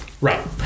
Right